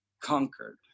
conquered